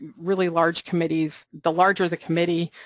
really large committees the larger the committee,